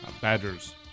Badgers